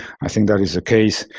i think that is a case